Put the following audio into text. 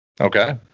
Okay